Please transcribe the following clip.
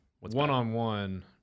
one-on-one